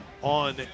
On